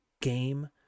game